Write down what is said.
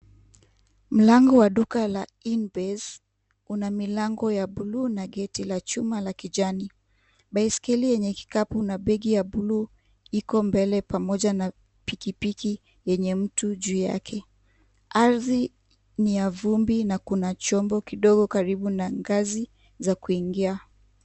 Mlango wa duka la In base, una milango ya buluu na geti la chuma la kijani. Baiskeli yenye kikapu na begi ya buluu iko mbele pamoja na pikipiki yenye mtu juu yake. Ardhi ni ya vumbi na kuna chombo kidogo karibu na ngazi za kuingia.